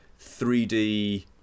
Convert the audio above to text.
3D